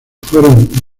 fueron